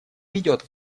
ведет